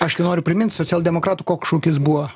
aš kai noriu primint socialdemokratų koks šūkis buvo